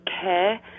care